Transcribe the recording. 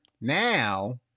now